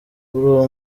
uwo